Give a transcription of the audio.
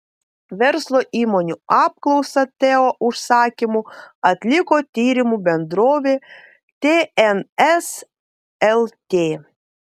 verslo įmonių apklausą teo užsakymu atliko tyrimų bendrovė tns lt